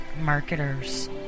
marketers